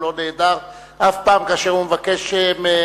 הוא לא נעדר אף פעם כאשר הוא מבקש להשתמש